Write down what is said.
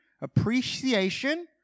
appreciation